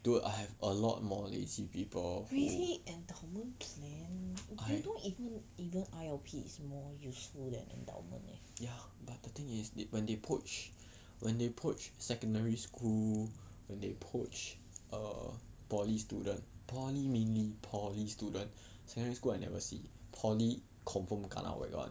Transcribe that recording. really endowment plan they don't even even I_L_P is more useful than endowment